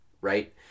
right